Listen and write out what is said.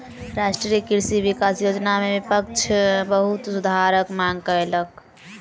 राष्ट्रीय कृषि विकास योजना में विपक्ष बहुत सुधारक मांग कयलक